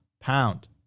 pound